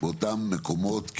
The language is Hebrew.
באותם מקומות.